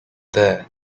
there